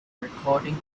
recording